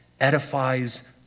edifies